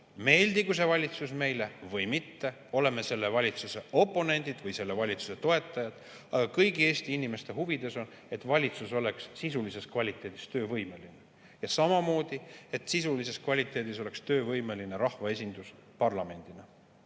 meeldigu see valitsus meile või mitte, oleme selle valitsuse oponendid või selle valitsuse toetajad –, kõigi Eesti inimeste huvides on, et valitsus oleks sisulises kvaliteedis töövõimeline. Samamoodi [on kõigi huvides], et sisulises kvaliteedis oleks töövõimeline rahvaesindus parlamendina.